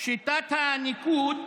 שיטת הניקוד,